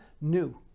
new